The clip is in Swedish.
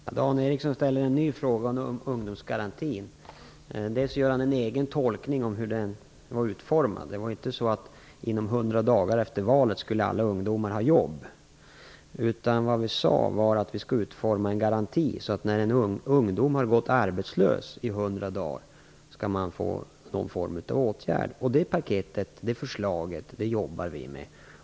Fru talman! Dan Ericsson ställer en ny fråga om ungdomsgarantin. Han gör en egen tolkning om hur garantin var utformad. Det var inte så att alla ungdomar skulle ha jobb inom hundra dagar efter valet. Vad vi sade var att vi skall utforma en garanti som gör att ungdomar som gått arbetslösa i hundra dagar kommer med i någon form av åtgärd. Det förslaget jobbar vi med.